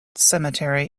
cemetery